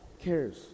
cares